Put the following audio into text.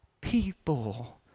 people